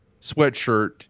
sweatshirt